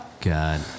God